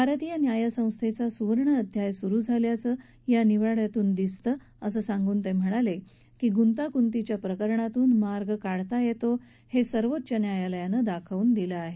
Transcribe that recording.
भारतीय न्यायसंस्थेचा सुवर्ण अध्याय सुरु झाल्याचं या निवाङ्यातून दिसतं असं सांगून ते म्हणाले की गुंतागुंतीच्या प्रकरणातून मार्ग काढता येतो हे सर्वोच्च न्यायालयानं दाखवून दिलं आहे